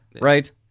Right